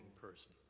person